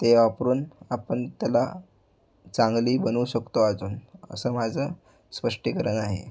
ते वापरून आपण त्याला चांगली बनवू शकतो अजून असं माझं स्पष्टीकरण आहे